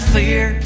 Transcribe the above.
fear